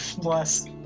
Bless